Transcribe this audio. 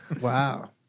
Wow